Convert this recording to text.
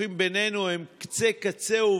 הוויכוחים בינינו זה קצה-קצהו,